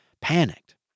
panicked